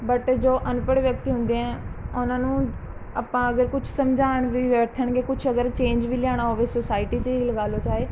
but ਜੋ ਅਨਪੜ੍ਹ ਵਿਅਕਤੀ ਹੁੰਦੇ ਹੈ ਉਹਨਾਂ ਨੂੰ ਆਪਾਂ ਅਗਰ ਕੁਛ ਸਮਝਾਉਣ ਵੀ ਬੈਠਣਗੇ ਕੁਛ ਅਗਰ ਚੇਂਜ ਵੀ ਲਿਆਉਣਾ ਹੋਵੇ ਸੁਸਾਇਟੀ 'ਚ ਹੀ ਲਗਾ ਲਉ ਚਾਹੇ